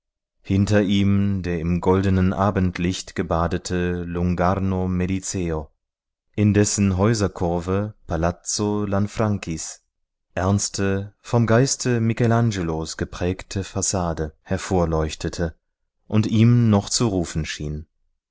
hinter ihm der im goldenen abendlicht gebadete lungarno medizeo in dessen häuserkurve palazzo lanfranchis ernste vom geiste michelangelos geprägte fassade hervorleuchtete und ihm noch zu rufen schien